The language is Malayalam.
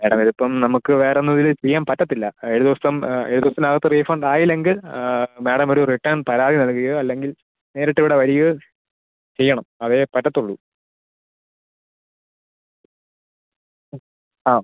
മേഡം ഇതിപ്പം നമുക്ക് വേറെ ഒന്നും ഇതിൽ ചെയ്യാൻ പറ്റത്തില്ല ഏഴ് ദിവസം ഏഴു ദിവസത്തിനകത്ത് റീഫണ്ടായില്ലെങ്കിൽ മേഡം ഒരു റിട്ടേൺ പരാതി നൽകുകയോ അല്ലെങ്കിൽ നേരിട്ട് ഇവിടെ വരികയോ ചെയ്യണം അതേ പറ്റത്തുള്ളു ആ